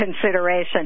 consideration